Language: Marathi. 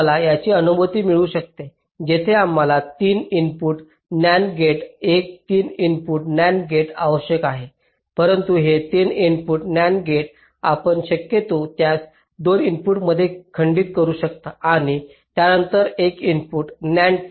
तर मला याची अनुभूती मिळू शकते येथे आम्हाला तीन 2 इनपुट NAND गेट्स आणि एक 3 इनपुट NAND गेट्स आवश्यक आहेत परंतु हे 3 इनपुट NAND गेट्स आपण शक्यतो त्यास 2 इनपुटमध्ये खंडित करू शकता आणि त्यानंतर 2 इनपुट NAND